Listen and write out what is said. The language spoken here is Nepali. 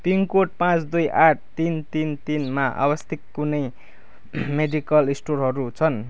पिनकोड पाँच दुई आठ तिन तिन तिनमा अवस्थित कुनै मेडिकल स्टोरहरू छन्